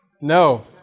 No